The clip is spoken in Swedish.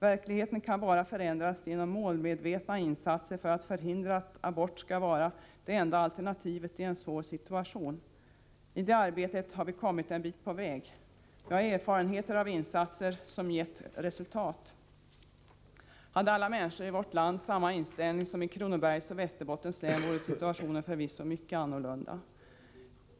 Verkligheten kan bara förändras genom målmedvetna insatser för att förhindra att abort skall vara det enda alternativet i en svår situation. I det arbetet har vi kommit en bit på väg. Vi har erfarenheter av insatser som gett resultat. Hade alla människor i vårt land samma inställning som människorna i Kronobergs och Västerbottens län, vore situationen förvisso mycket annorlunda.